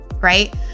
Right